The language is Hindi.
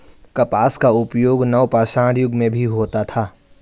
कपास का उपयोग नवपाषाण युग में भी होता था